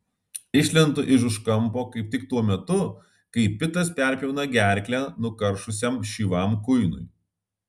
išlendu iš už kampo kaip tik tuo metu kai pitas perpjauna gerklę nukaršusiam šyvam kuinui